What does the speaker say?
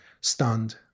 stunned